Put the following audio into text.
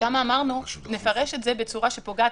שם אמרנו: נפרש את זה בצורה שפוגעת